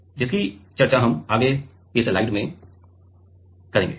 तो जिसकी चर्चा हम आगे की स्लाइड में कुछ इस तरह करेंगे